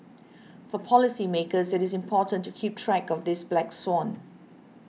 for policymakers it is important to keep track of this black swan